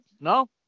No